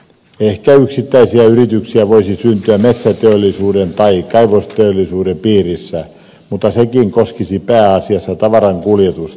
ehkä yksittäisiä yrityksiä voisi syntyä metsäteollisuuden tai kaivosteollisuuden piirissä mutta sekin koskisi pääasiassa tavarankuljetusta